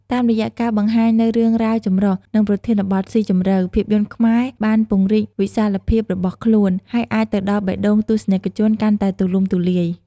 តាមរយៈការបង្ហាញនូវរឿងរ៉ាវចម្រុះ និងប្រធានបទស៊ីជម្រៅ ភាពយន្តខ្មែរបានពង្រីកវិសាលភាពរបស់ខ្លួន ហើយអាចទៅដល់បេះដូងទស្សនិកជនកាន់តែទូលំទូលាយ។